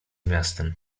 miastem